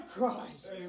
Christ